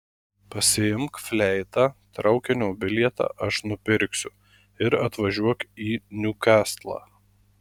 pasiimk fleitą traukinio bilietą aš nupirksiu ir atvažiuok į niukaslą